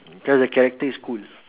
cause the character is cool